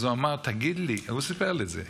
אז הוא אמר: תגיד לי, הוא סיפר לי את זה,